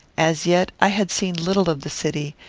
as yet i had seen little of the city,